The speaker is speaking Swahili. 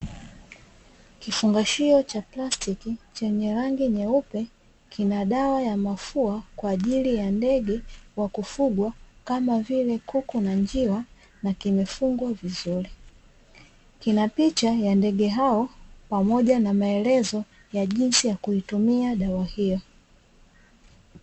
Kifungashio cha plastiki chenye rangi nyeupe kina dawa ya mafua kwa ajili ya ndege wa kufugwa kama vile kuku na njiwa na kimefungwa vizuri, kina picha ya ndege hao pamoja na maelezo ya jinsi ya kuitumia dawa hiyo.